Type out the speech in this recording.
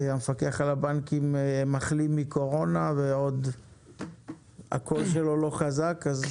המפקח על הבנקים מחלים מקורונה והקול שלו עדיין לא חזק אז